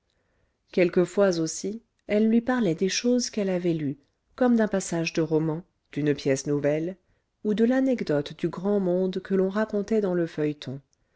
quelquefois aussi elle lui parlait des choses qu'elles avait lues comme d'un passage de roman d'une pièce nouvelle ou de l'anecdote du grand monde que l'on racontait dans le feuilleton